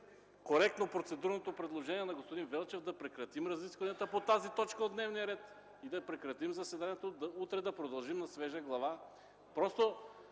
коректно, процедурното предложение на господин Велчев – да прекратим разискванията по тази точка от дневния ред и да прекратим заседанието. Утре да продължим на свежа глава.